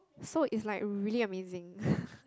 so is like really amazing